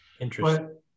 Interesting